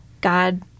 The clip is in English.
God